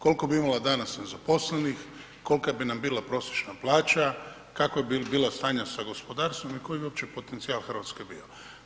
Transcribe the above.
Koliko bi imala danas nezaposlenih, kolika bi nam bila prosječna plaća, kakvo bi bilo stanje sa gospodarstvo i koji bi uopće potencijal Hrvatske bio?